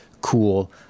cool